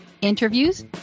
interviews